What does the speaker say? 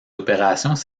opérations